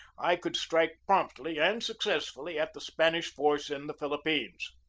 i could strike promptly and successfully at the span ish force in the philippines.